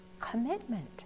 commitment